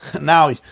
Now